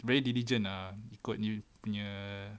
very diligent ah ikut dia punya